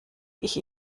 ich